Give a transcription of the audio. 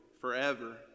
forever